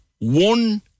one